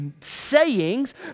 sayings